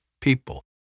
people